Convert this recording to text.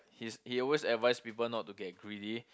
his he always advice people not to get greedy